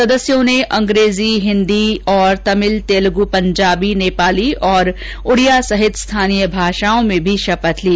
सदस्यों ने अंग्रेजी हिन्दी और तमिल तेलुग पंजाबी नेपाली और उड़िया सहित स्थानीय भाषाओं में भी शपथ ली